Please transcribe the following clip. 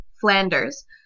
Flanders